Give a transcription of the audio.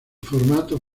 formato